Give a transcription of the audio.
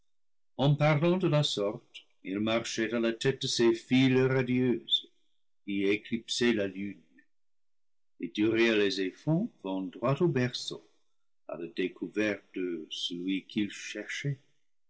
en parlant de la sorte il marchait à la tête de ses files radieuses qui éclipsaient la lune ithuriel et zéphon vont droit au berceau à la découverte de celui qu'ils cherchaient